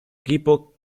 equipo